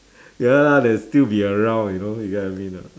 ya lah they'll still be around you know you get what I mean or not